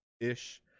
ish